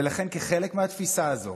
ולכן, כחלק מהתפיסה הזו